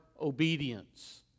obedience